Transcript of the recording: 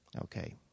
Okay